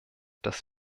was